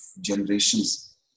generations